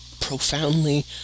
profoundly